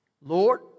Lord